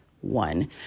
one